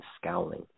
scowling